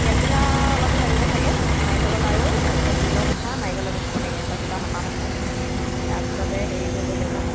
তেলপিঠা অলপো লাগিব চাগৈ নাৰিকলৰ লাড়ু তাৰ পিছত তিলৰ পিঠা নাৰিকলৰ পিঠা সেনেকৈ সিহঁতৰ কিবা সকাম আছে তাৰ পিছতে হেৰি কৰিব লাগিব